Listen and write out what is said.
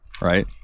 right